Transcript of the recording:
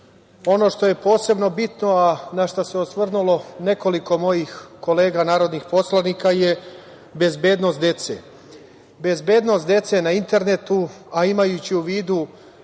ono što je posebno bitno, a na šta se osvrnulo nekoliko mojih kolega narodnih poslanika je bezbednost dece. Bezbednost dece na internetu, a imaju u vidu